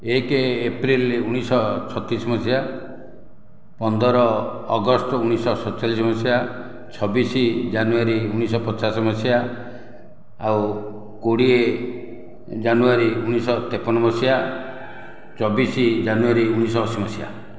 ଏକ ଏପ୍ରିଲ ଉଣାଇଶଶହ ଛତିଶ ମସିହା ପନ୍ଦର ଅଗଷ୍ଟ ଉଣାଇଶଶହ ସତଚାଳିଶ ମସିହା ଛବିଶ ଜାନୁଆରୀ ଉଣାଇଶଶହ ପଚାଶ ମସିହା ଆଉ କୋଡ଼ିଏ ଜାନୁଆରୀ ଉଣାଇଶଶହ ତେପନ ମସିହା ଚବିଶ ଜାନୁଆରୀ ଉଣାଇଶଶହ ଅଶି ମସିହା